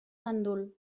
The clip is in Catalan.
gandul